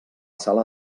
sala